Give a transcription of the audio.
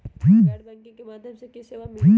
गैर बैंकिंग के माध्यम से की की सेवा मिली?